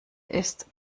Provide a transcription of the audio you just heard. ist